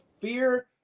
fear